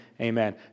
Amen